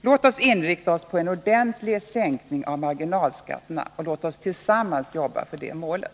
Låt oss inrikta oss på en ordentlig sänkning av marginalskatterna, och låt oss tillsammans jobba för det målet!